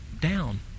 down